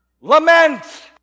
Lament